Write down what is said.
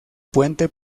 puente